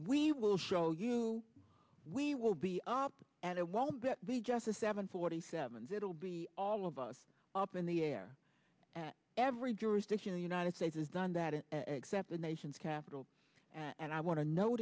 we will show you we will be up and it won't be just the seven forty seven's it will be all of us up in the air at every jurisdiction the united states has done that an exec the nation's capital and i want to know